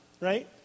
right